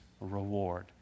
reward